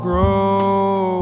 grow